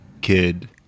kid